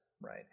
right